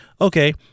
okay